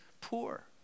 poor